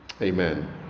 Amen